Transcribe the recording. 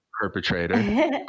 perpetrator